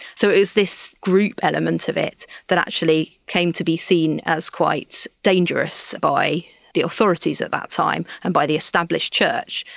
so it was this group element of it that actually came to be seen as quite dangerous by the authorities at that time and by the established church,